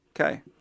Okay